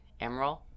Emerald